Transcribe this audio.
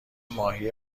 ماهی